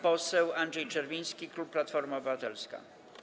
Poseł Andrzej Czerwiński, klub Platforma Obywatelska.